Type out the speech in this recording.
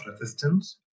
resistance